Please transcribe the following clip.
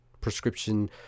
prescription